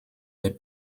les